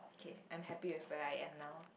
okay I'm happy with where I am now